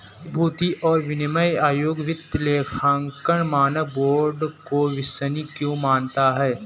प्रतिभूति और विनिमय आयोग वित्तीय लेखांकन मानक बोर्ड को विश्वसनीय क्यों मानता है?